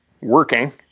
working